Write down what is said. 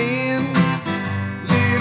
Little